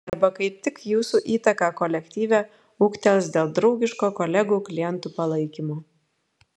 arba kaip tik jūsų įtaka kolektyve ūgtels dėl draugiško kolegų klientų palaikymo